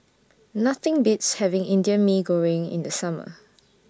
Nothing Beats having Indian Mee Goreng in The Summer